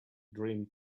dream